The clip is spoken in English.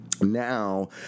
Now